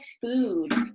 food